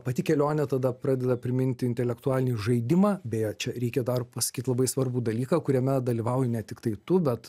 pati kelionė tada pradeda priminti intelektualinį žaidimą beje čia reikia dar pasakyt labai svarbų dalyką kuriame dalyvauji ne tiktai tu bet